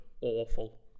awful